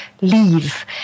leave